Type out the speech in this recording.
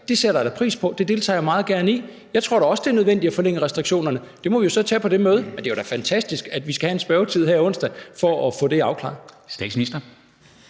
Det sætter jeg da pris på; det deltager jeg meget gerne i. Jeg tror da også, det er nødvendigt at forlænge restriktionerne – det må vi så tage på det møde – men det er da fantastisk, at vi skal have en spørgetid her onsdag for at få det afklaret.